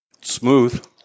Smooth